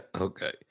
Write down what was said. Okay